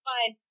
Fine